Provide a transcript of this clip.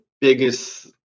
biggest